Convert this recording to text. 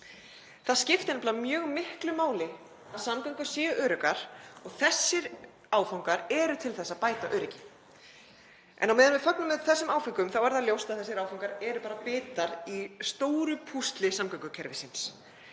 Það skiptir nefnilega mjög miklu máli að samgöngur séu öruggar og þessir áfangar eru til þess að bæta öryggi. En á meðan við fögnum öll þessum áföngum er það ljóst að þeir eru bara bitar í stóru púsli samgöngukerfisins.